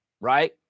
right